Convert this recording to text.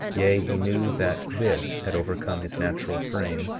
yea, he knew that this had overcome his natural frame,